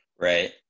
right